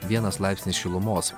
vienas laipsnis šilumos